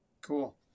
cool